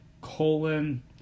colon